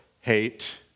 hate